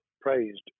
praised